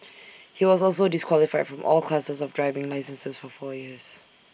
he was also disqualified from all classes of driving licenses for four years